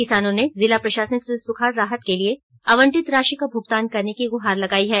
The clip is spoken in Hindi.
किसानों ने जिला प्रशासन से सुखाड राहत के लिए आवंटित राशि का भूगतान करने की गृहार लगाई है